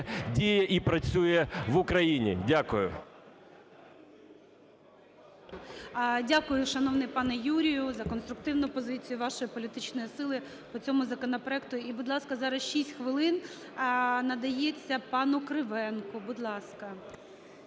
діє і працює в Україні. Дякую.